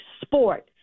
sport